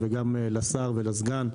וגם לשר ולסגן,